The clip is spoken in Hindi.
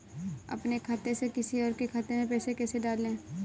अपने खाते से किसी और के खाते में पैसे कैसे डालें?